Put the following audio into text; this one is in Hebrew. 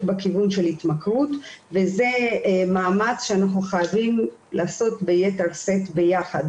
בכיוון של התמכרות וזה מאמץ שאנחנו חייבים לעשות ביתר שאת ביחד.